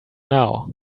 now